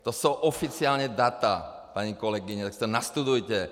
To jsou oficiální data, paní kolegyně, tak si to nastudujte!